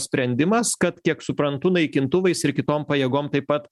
sprendimas kad kiek suprantu naikintuvais ir kitom pajėgom taip pat